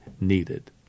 needed